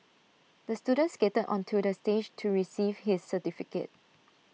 the student skated onto the stage to receive his certificate